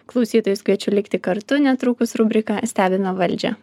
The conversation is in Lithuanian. klausytojus kviečiu likti kartu netrukus rubrika stebime valdžią